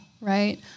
right